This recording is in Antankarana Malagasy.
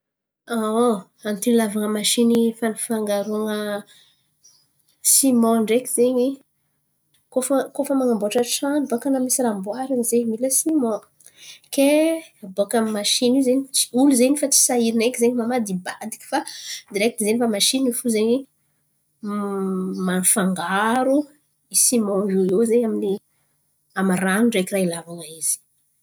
Antony ilàvan̈a masìny fampifangaroan̈a siman ndreky zen̈y, koa fa koa fa man̈amboatra tran̈o baka na misy raha amboarin̈y zen̈y mila siman. Ke bàka amy masìny io zen̈y tsy, olo zen̈y fa tsy sahiran̈a eky mamadibadiky. Fa direkty zen̈y fa masìny io fo zen̈y man̈afangaro i siman io iô zen̈y amin'ny amy rano ndreky raha Ilàvan̈a izy.